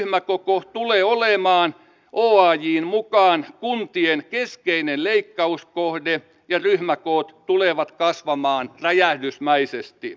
sen poistuttua ryhmäkoko tulee oajn mukaan olemaan kuntien keskeinen leikkauskohde ja ryhmäkoot tulevat kasvamaan räjähdysmäisesti